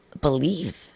believe